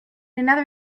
another